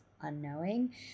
unknowing